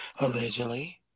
allegedly